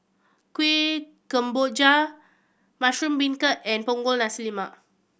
Kuih Kemboja mushroom beancurd and Punggol Nasi Lemak